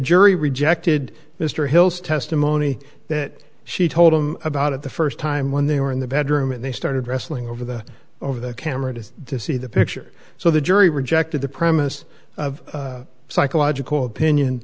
jury rejected mr hill's testimony that she told him about it the first time when they were in the bedroom and they started wrestling over the over the camera just to see the picture so the jury rejected the premise of psychological opinion